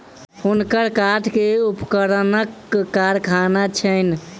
हुनकर काठ के उपकरणक कारखाना छैन